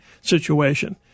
situation